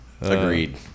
Agreed